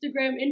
Instagram